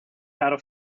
how